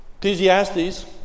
Ecclesiastes